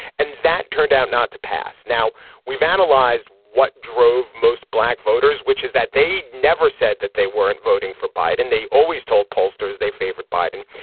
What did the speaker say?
and that turned out not to pass. now we've analyzed what drove most black voters, which is that they never said that they weren't voting for biden. they always told pollsters they favorite biden.